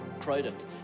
crowded